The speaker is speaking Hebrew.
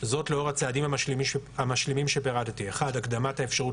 וזאת לאור הצעדים המשלימים שפירטתי: 1. הקדמת האפשרות